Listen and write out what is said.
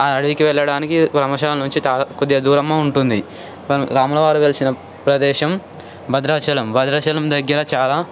ఆ అడవికి వెళ్లడానికి పర్మశాల నుంచి కొద్దిగా దూరము ఉంటుంది రాములవారు వెలిసిన ప్రదేశం భద్రాచలం భద్రాచలం దగ్గర చాలా